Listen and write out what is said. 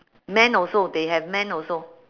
man also they have man also